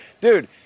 Dude